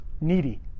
Needy